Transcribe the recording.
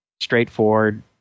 Straightforward